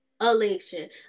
Election